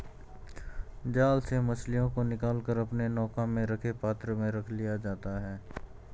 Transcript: जाल से मछलियों को निकाल कर अपने नौका में रखे पात्र में रख लिया जाता है